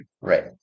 Right